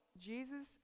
Jesus